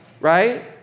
Right